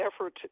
effort